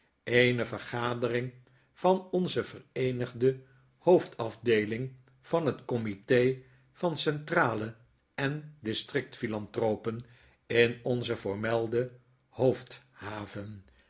eene vergadering van onze vereenigdehoofdafdeeling vanhetcomite van centrale en district philanthropen in onze voormelde hoofd